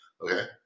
okay